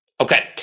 okay